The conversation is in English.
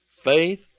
faith